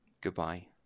Goodbye